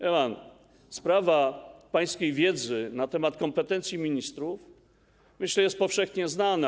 Wie pan, sprawa pańskiej wiedzy na temat kompetencji ministrów, myślę, jest powszechnie znana.